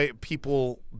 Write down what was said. people